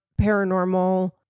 paranormal